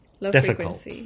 difficult